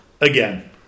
again